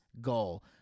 goal